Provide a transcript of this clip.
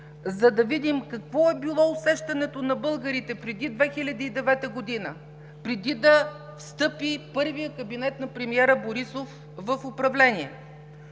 да видим какво е било усещането на българите преди 2009 г. – преди да встъпи първият кабинет на премиера Борисов в управление?!